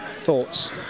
Thoughts